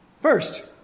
First